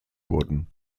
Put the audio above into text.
wurden